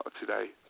today